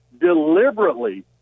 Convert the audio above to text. Deliberately